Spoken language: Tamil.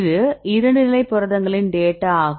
இது 2 நிலை புரதங்களின் டேட்டா ஆகும்